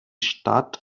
stadt